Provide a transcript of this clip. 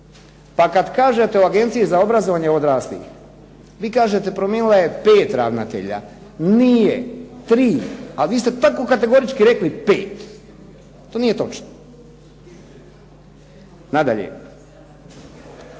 pa kad kažete o Agenciji za obrazovanje odraslih vi kažete promijenila je pet ravnatelja. Nije, tri. A vi ste tako kategorički rekli pet. To nije točno. Nadalje,